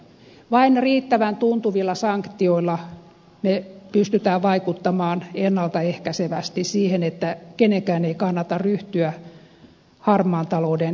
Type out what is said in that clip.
vain riittävän tuntuvilla sanktioilla me pystymme vaikuttamaan ennaltaehkäisevästi siihen että kenenkään ei kannata ryhtyä harmaan talouden yrittäjäksi